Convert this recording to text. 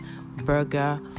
burger